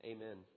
Amen